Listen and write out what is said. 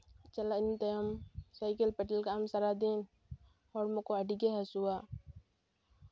ᱪᱟᱞᱟᱜ ᱤᱧ ᱛᱟᱭᱚᱢ ᱥᱟᱭᱠᱮᱞ ᱯᱮᱴᱮᱞ ᱠᱟᱜ ᱟᱢ ᱥᱟᱨᱟᱫᱤᱱ ᱦᱚᱲᱢᱚ ᱠᱚ ᱟᱹᱰᱤᱜᱮ ᱦᱟᱹᱥᱩᱣᱟ